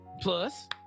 plus